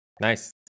Nice